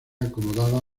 acomodada